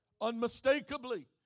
Unmistakably